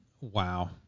Wow